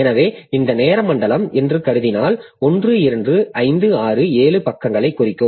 எனவே இந்த நேர மண்டலம் என்று கருதினால் 1 2 5 6 7 பக்கங்களைக் குறிக்கும்